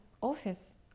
office